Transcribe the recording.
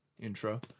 intro